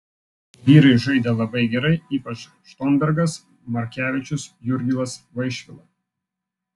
vyrai žaidė labai gerai ypač štombergas markevičius jurgilas vaišvila